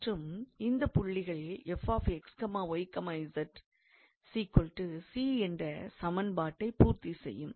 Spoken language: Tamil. மற்றும் இந்தப் புள்ளிகள் 𝑓𝑥𝑦𝑧 𝑐 என்ற சமன்பாட்டை பூர்த்தி செய்யும்